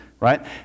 Right